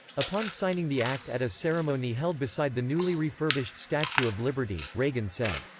upon signing the act at a ceremony held beside the newly refurbished statue of liberty, reagan said,